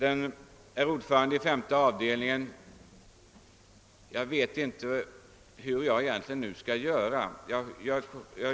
Till ordföranden i femte avdelningen vill jag säga att jag är tveksam hur jag egentligen skall göra.